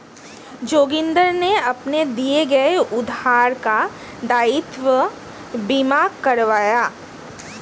जोगिंदर ने अपने दिए गए उधार का दायित्व बीमा करवाया